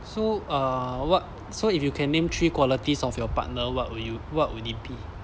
so err what so if you can name three qualities of your partner what would you what would it be